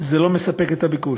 זה לא מספק את הביקוש,